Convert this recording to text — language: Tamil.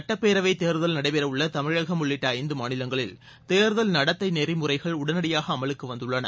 சட்டப்பேரவைதேர்தல் நடைபெறவுள்ளதமிழகம் உள்ளிட்டஐந்துமாநிலங்களில் தேர்தல் நடத்தைநெறிமுறைகள் உடனடியாகஅமலுக்குவந்துள்ளன